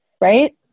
Right